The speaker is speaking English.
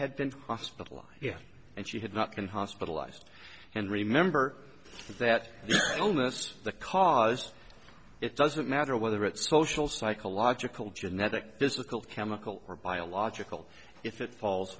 had been hospitalized and she had not been hospitalized and remember that your illness the cause it doesn't matter whether it's social psychological genetic physical chemical or biological if it falls